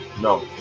no